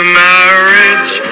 marriage